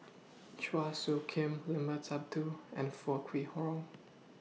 Chua Soo Khim Limat Sabtu and Foo Kwee Horng